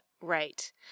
Right